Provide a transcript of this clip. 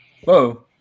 Whoa